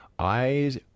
Eyes